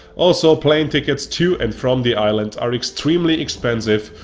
also, plane tickets to and from the island are extremely expensive,